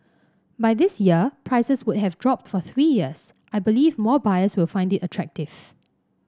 by this year prices would have dropped for three years I believe more buyers will find it attractive